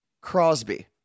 Crosby